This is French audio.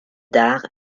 dares